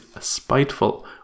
spiteful